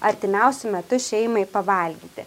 artimiausiu metu šeimai pavalgyti